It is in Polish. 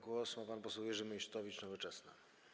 Głos ma pan poseł Jerzy Meysztowicz, Nowoczesna.